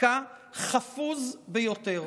חקיקה חפוז ביותר.